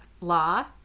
law